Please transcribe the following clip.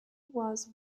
was